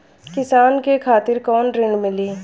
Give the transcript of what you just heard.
किसान के खातिर कौन ऋण मिली?